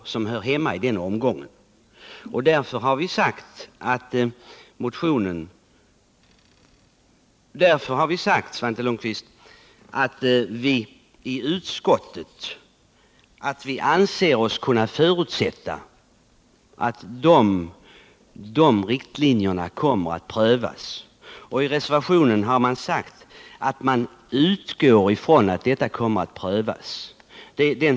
Utskottet har ansett sig kunna förutsätta att frågan om vem som skall bära kostnaderna för tillståndsgivning och kontrollverksamhet kommer att prövas i det sammanhanget. I reservationen sägs det att man ”utgår från att i motionen berörda spörsmål kommer att prövas”.